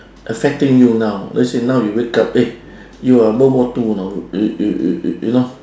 affecting you now let's say now you wake up eh you are world war two now you you you you know